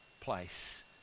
place